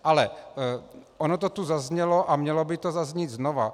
Ale ono to tu zaznělo a mělo by to zaznít znovu.